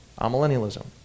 amillennialism